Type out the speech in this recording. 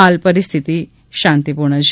હાલ પરિસ્થિતિ શાંતિપૂર્ણ છે